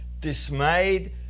dismayed